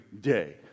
day